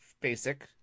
basic